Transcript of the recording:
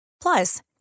Plus